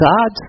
God